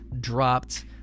dropped